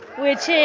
which